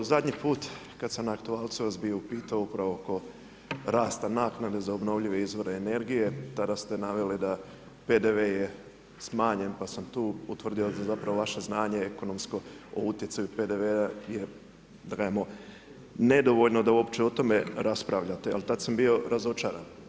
Zadnji put kad sam na aktualcu vas bio upitao upravo oko raste naknade za obnovljive izvore energije, tada ste naveli da PDV je smanjen pa sam tu utvrdio zapravo vaše znanje ekonomsko o utjecaju PDV-a da kažemo je nedovoljno da uopće o tome raspravljate, ali tad sam bio razočaran.